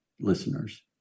listeners